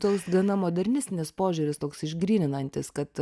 toks gana modernistinis požiūris toks išgryninantis kad